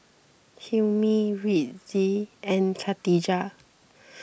Hilmi Rizqi and Katijah